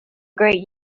great